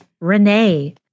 Renee